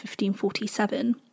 1547